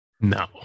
No